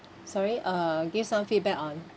sorry uh give some feedback on